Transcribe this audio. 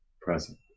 present